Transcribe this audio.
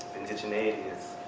indignity. is